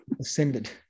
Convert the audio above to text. Ascended